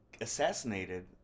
assassinated